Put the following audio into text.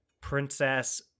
princess